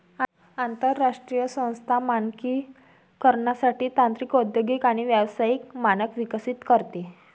आंतरराष्ट्रीय संस्था मानकीकरणासाठी तांत्रिक औद्योगिक आणि व्यावसायिक मानक विकसित करते